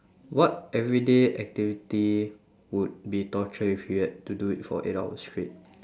what everyday activity would be torture if you had to do it for eight hours straight